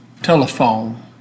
telephone